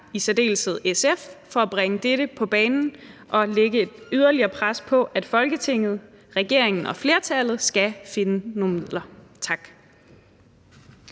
i særdeleshed SF for at bringe dette på banen og lægge et yderligere pres på, at Folketinget, regeringen og flertallet skal finde nogle midler. Tak.